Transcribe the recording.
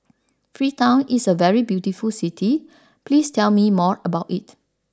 Freetown is a very beautiful city please tell me more about it